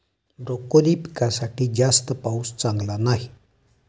broccoli पिकासाठी जास्त पाऊस चांगला नाही